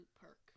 perk